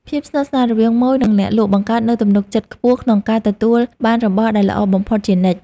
ភាពស្និទ្ធស្នាលរវាងម៉ូយនិងអ្នកលក់បង្កើតនូវទំនុកចិត្តខ្ពស់ក្នុងការទទួលបានរបស់ដែលល្អបំផុតជានិច្ច។